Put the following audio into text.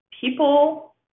people